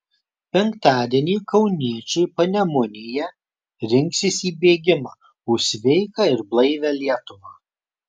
penktadienį kauniečiai panemunėje rinksis į bėgimą už sveiką ir blaivią lietuvą